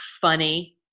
funny